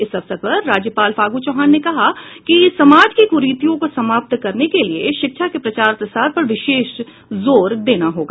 इस अवसर पर राज्यपाल फागु चौहान ने कहा कि समाज की कुरीतियों को समाप्त करने के लिए शिक्षा के प्रचार प्रसार पर विशेष जोर देना होगा